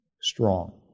strong